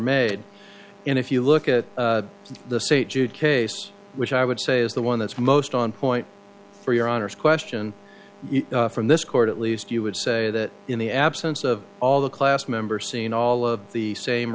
made and if you look at the st jude case which i would say is the one that's most on point for your honour's question from this court at least you would say that in the absence of all the class member seeing all of the same